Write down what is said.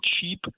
cheap